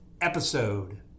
episode